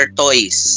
toys